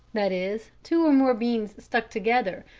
that is, two or more beans stuck together,